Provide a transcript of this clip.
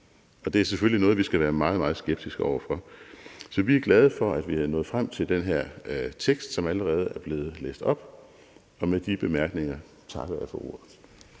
Og det er selvfølgelig noget, vi skal være meget, meget skeptiske over for. Så vi er glade for, at vi er nået frem til den her tekst, som allerede er blevet læst op. Og med de bemærkninger takker jeg for ordet.